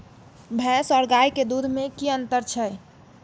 भैस और गाय के दूध में कि अंतर छै?